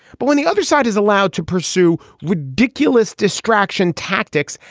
but when the other side is allowed to pursue ridiculous distraction tactics,